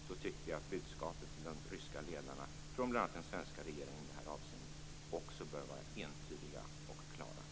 Då tycker jag att budskapet till de ryska ledarna från bl.a. den svenska regeringen i det här avseendet också bör vara entydigt och klart.